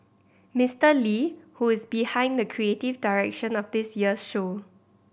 Mister Lee who is behind the creative direction of this year's show